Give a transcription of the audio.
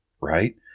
right